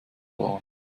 fahren